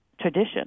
tradition